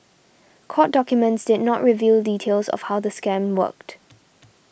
court documents did not reveal details of how the scam worked